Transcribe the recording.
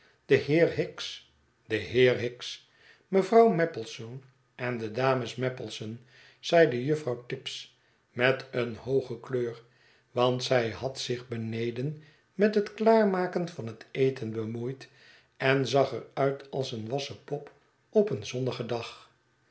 de heer hicks de heer hicks mevrouw maplesone en de dames maplesone zeide juffrouw tibbs met een hooge kleur want zij had zich beneden met het klaarmaken van heteten bemoeid en zag er uit als een wassen pop op een zonnigen dag